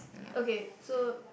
okay so